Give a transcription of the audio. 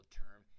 term